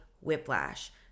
whiplash